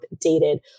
dated